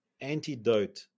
antidote